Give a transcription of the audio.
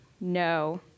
No